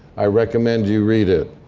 i recommend you read it.